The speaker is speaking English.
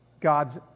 God's